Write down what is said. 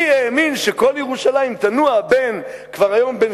מי האמין שכל ירושלים תנוע כבר היום בין